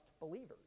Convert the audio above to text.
believers